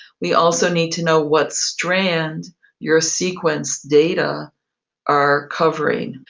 we also need to know what strand your sequence data are covering.